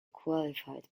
qualified